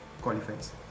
qualifies